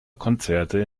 konzerte